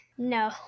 No